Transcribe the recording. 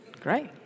Great